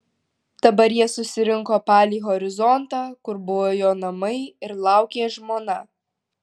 dabar jie susirinko palei horizontą kur buvo jo namai ir laukė žmona